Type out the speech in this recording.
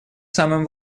самым